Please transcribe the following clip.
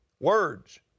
words